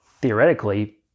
theoretically